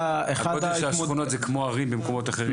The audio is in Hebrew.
הגודל של השכונות זה כמו ערים במקומות אחרים.